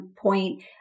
point